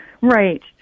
Right